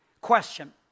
Question